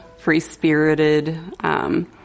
free-spirited